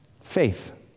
Faith